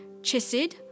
Chisid